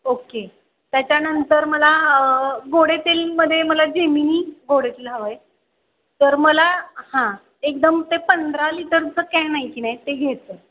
okay त्याच्यानंतर मला गोडेतेलामध्ये मला जेमिनी गोडेतेल हवं आहे तर मला हां एकदम ते पंधरा लिटरचं कॅन आहे की नाही ते घ्यायचं